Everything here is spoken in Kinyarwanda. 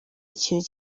ikintu